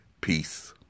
Peace